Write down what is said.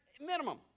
minimum